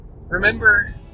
remember